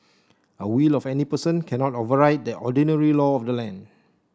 a will of any person cannot override the ordinary law of the land